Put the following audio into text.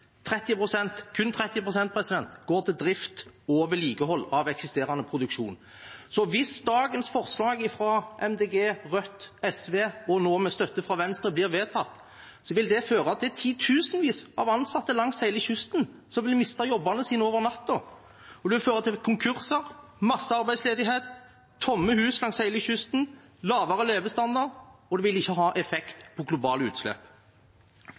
Kun 30 pst. går til drift og vedlikehold av eksisterende produksjon. Så hvis dagens forslag fra Miljøpartiet De Grønne, Rødt og SV, og nå med støtte fra Venstre, blir vedtatt, vil det føre til at titusenvis av ansatte langs hele kysten vil miste jobbene sine over natten. Det vil føre til konkurser, massearbeidsledighet, tomme hus langs hele kysten og lavere levestandard, og det vil ikke ha effekt på globale utslipp.